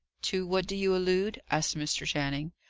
to what do you allude? asked mr. channing.